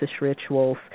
rituals